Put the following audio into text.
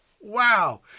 wow